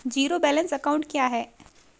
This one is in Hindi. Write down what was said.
ज़ीरो बैलेंस अकाउंट क्या है?